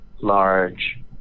large